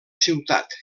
ciutat